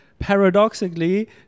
paradoxically